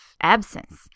absence